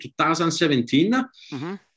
2017